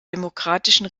demokratischen